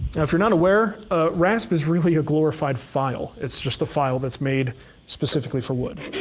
if you're not aware, a rasp is really a glorified file. it's just a file that's made specifically for wood.